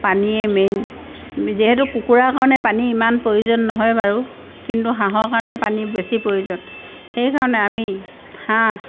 পানীয়ে মেইন যিহেতু কুকুৰাৰ কাৰণে পানী ইমান প্ৰয়োজন নহয় বাৰু কিন্তু হাঁহৰ কাৰণে পানী বেছি প্ৰয়োজন সেইকাৰণে আমি হাঁহ